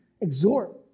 exhort